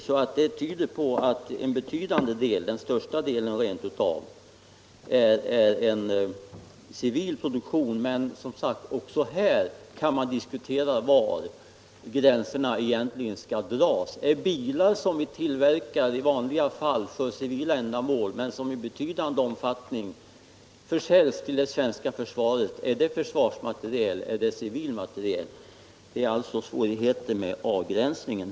Detta tyder på att en väsentlig del — den största delen rent av — är civil produktion. Men också här kan man diskutera var gränserna egentligen skall dras. Bilar som vi i vanliga fall tillverkar för civila ändamål men som i betydande omfattning försäljs till det svenska försvaret — är det försvarsmateriel eller civil materiel? Här finns alltså svårigheter med avgränsningen.